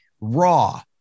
raw